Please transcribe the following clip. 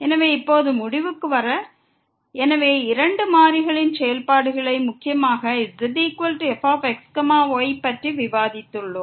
எனவே இப்போது முடிவுக்கு வர இரண்டு மாறிகளின் செயல்பாடுகளை முக்கியமாக Zfxy பற்றி விவாதித்துள்ளோம்